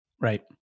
Right